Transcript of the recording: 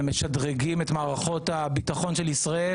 הם משדרגים את מערכות הביטחון של ישראל